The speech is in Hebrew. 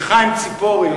שחיים צפורי,